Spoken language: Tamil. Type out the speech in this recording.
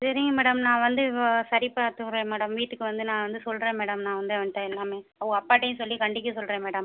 தெரியும் மேடம் நான் வந்து சரி பார்த்து விடுறேன் மேடம் வீட்டுக்கு வந்து நான் வந்து சொல்கிறேன் மேடம் நான் வந்து அவன்கிட்ட எல்லாமே அவுங்க அப்பாட்டையும் சொல்லி கண்டிக்க சொல்கிறேன் மேடம்